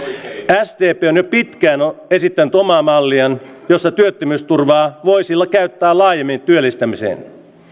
sdp on jo pitkään esittänyt omaa malliaan jossa työttömyysturvaa voisi käyttää laajemmin työllistämiseen